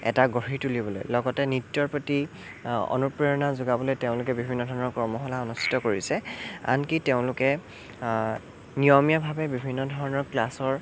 এটা গঢ়ি তুলিবলৈ লগতে নৃত্যৰ প্ৰতি অনুপ্ৰেৰণা যোগাবলৈ তেওঁলোকে বিভিন্ন ধৰণৰ কৰ্মশলা অনুষ্ঠিত কৰিছে আনকি তেওঁলোকে নিয়মীয়াভাৱে বিভিন্ন ধৰণৰ ক্লাচৰ